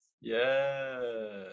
Yes